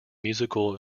musical